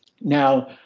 Now